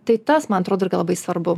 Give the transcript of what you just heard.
tai tas man atrodo irgi labai svarbu